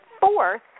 fourth